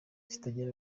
zitagira